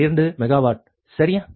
2 megawatt சரியா